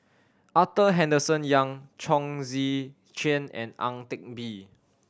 Arthur Henderson Young Chong Tze Chien and Ang Teck Bee